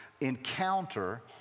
encounter